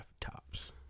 tops